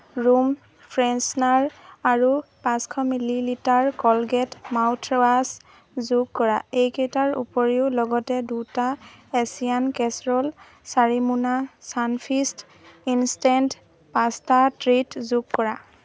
room freshener আৰু পাঁচশ millilitre Colgate mouth wash যোগ কৰা এইকেইটাৰ উপৰিও লগতে দুটা এচিয়ান কেচৰল চাৰি মোনা ছানফিষ্ট ইনষ্টেণ্ট পাষ্টা ট্ৰিট যোগ কৰা